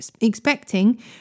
expecting